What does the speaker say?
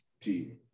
team